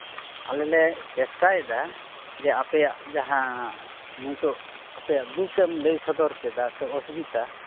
ᱟᱞᱮ ᱞᱮ ᱪᱮᱥᱴᱟᱭᱫᱟ ᱡᱮ ᱟᱯᱮᱭᱟᱜ ᱡᱟᱦᱟᱸ ᱱᱤᱛᱳᱜ ᱟᱯᱮᱭᱟ ᱫᱩᱠᱮᱢ ᱞᱟᱹᱭ ᱥᱚᱫᱚᱨ ᱠᱮᱫᱟ ᱥᱮ ᱚᱥᱩᱵᱤᱫᱟ